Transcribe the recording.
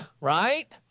right